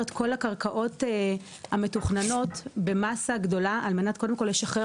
את כל הקרקעות המתוכננות במסה גדולה על מנת קודם כל לשחרר